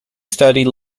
studied